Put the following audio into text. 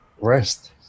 Rest